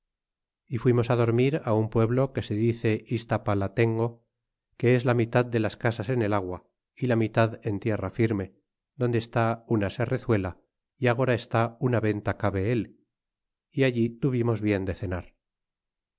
y fuimos dormir un pueblo que se dice istapalatengo que es la mitad de las casas en el agua y la mitad en tierra firme donde está una serrezuela y agora está una venta cabe él y allí tuvimos bien de cenar